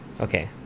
okay